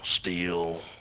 steel